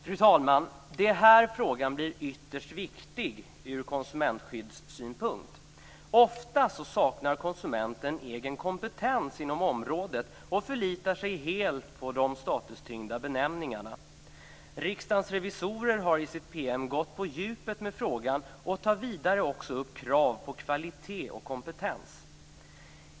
Fru talman! Det är här frågan blir ytterst viktig ur konsumentskyddssynpunkt. Ofta saknar konsumenten egen kompetens inom området och förlitar sig helt på de statustyngda benämningarna. Riksdagens revisorer har i sitt PM gått på djupet med frågan. De tar också upp krav på kvalitet och kompetens.